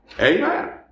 Amen